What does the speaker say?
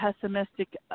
pessimistic